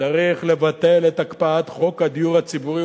צריך לבטל את הקפאת חוק הדיור הציבורי,